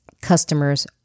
customers